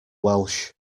welsh